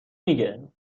میگه